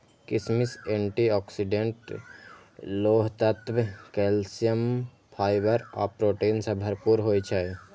किशमिश antioxidant, लोह तत्व, कैल्सियम, फाइबर आ प्रोटीन सं भरपूर होइ छै